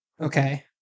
Okay